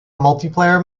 multiplayer